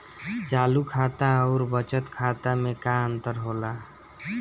चालू खाता अउर बचत खाता मे का अंतर होला?